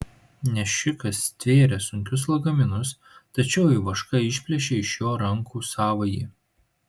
nešikas stvėrė sunkius lagaminus tačiau ivaška išplėšė iš jo rankų savąjį